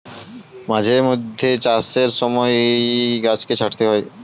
মাঝে মধ্যে ফল চাষের সময় গাছকে ছাঁটতে হয়